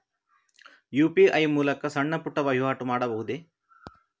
UPI ಮೂಲಕ ಸಣ್ಣ ಪುಟ್ಟ ವಹಿವಾಟು ಮಾಡಬಹುದೇ?